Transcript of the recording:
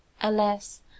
alas